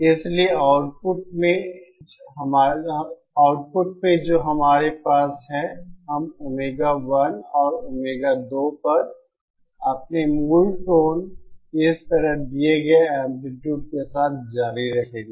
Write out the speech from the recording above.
इसलिए आउटपुट में जो हमारे पास है हम ओमेगा 1 और ओमेगा 2 पर अपने मूल टोन इस तरह दिए गए एंप्लीट्यूड के साथ जारी रखेंगे